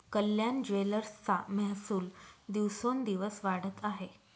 कल्याण ज्वेलर्सचा महसूल दिवसोंदिवस वाढत आहे